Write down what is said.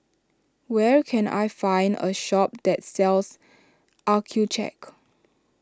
where can I find a shop that sells Accucheck